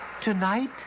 tonight